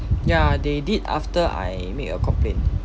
ya they did after I made a complaint